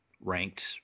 ranked